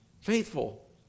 Faithful